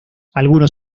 algunos